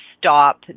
stop